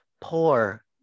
poor